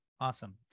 awesome